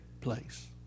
place